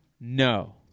No